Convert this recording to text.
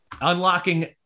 unlocking